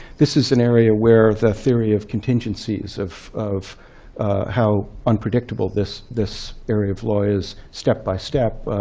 this is an area where the theory of contingencies, of of how unpredictable this this area of law is step by step,